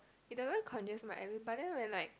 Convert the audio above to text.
it doesn't congest my airways but then when like